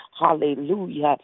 Hallelujah